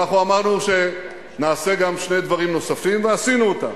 אמרנו שנעשה שני דברים נוספים, ועשינו אותם.